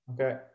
Okay